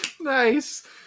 Nice